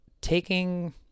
taking